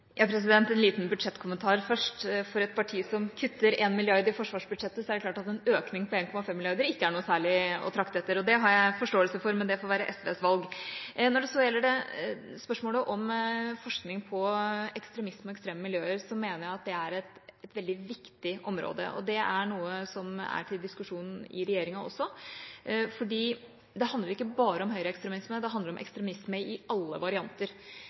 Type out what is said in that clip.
En liten budsjettkommentar først: For et parti som kutter 1 mrd. kr i forsvarsbudsjettet, er det klart at en økning på 1,5 mrd. kr ikke er noe særlig å trakte etter. Det har jeg forståelse for, men det får være SVs valg. Når det så gjelder spørsmålet om forskning på ekstremisme og ekstreme miljøer, mener jeg at det er et veldig viktig område. Det er noe som er til diskusjon også i regjeringa. Det handler ikke bare om høyreekstremisme; det handler også om ekstremisme i alle varianter.